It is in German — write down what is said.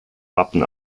wappen